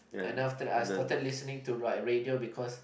and then after that I started listening to like radio because